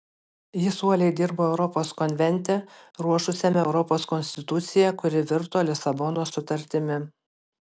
jis uoliai dirbo europos konvente ruošusiame europos konstituciją kuri virto lisabonos sutartimi